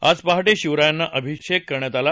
आज पहाटे शिवरायांना अभिषेक कऱण्यात आला